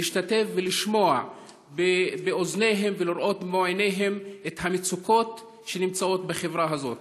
להשתתף ולשמוע באוזניהם ולראות במו עיניהם את המצוקות בחברה הזאת.